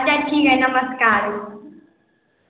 अच्छा ठीक है नमस्कार